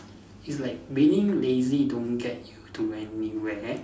it's like being lazy don't get you to anywhere